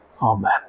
Amen